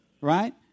right